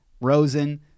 Rosen